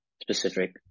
specific